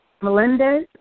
Melendez